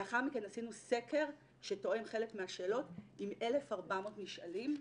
לאחר מכן עשינו סקר שתואם חלק מהשאלות עם 1400 נשאלים,